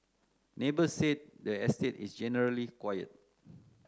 neighbours said the estate is generally quiet